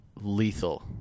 lethal